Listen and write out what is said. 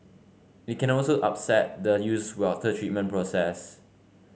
it can also upset the used water treatment process